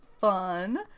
fun